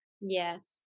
yes